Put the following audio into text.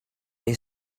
they